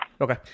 Okay